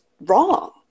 wrong